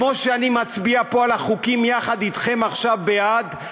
כמו שאני מצביע פה על החוקים יחד אתכם עכשיו בעד,